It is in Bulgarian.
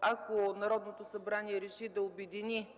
ако Народното събрание реши да обедини